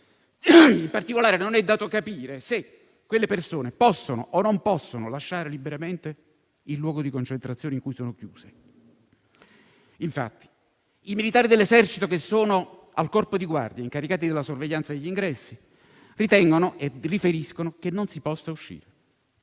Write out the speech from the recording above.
In particolare, non è dato capire se quelle persone possono lasciare liberamente il luogo di concentrazione in cui sono chiuse, oppure no. Infatti, i militari dell'esercito che sono al corpo di guardia, incaricati della sorveglianza degli ingressi, riferiscono che non si possa uscire.